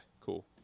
cool